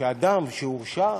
שאדם שהורשע,